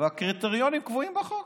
והקריטריונים קבועים בחוק.